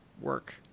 work